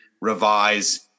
revise